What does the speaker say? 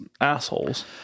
assholes